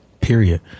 period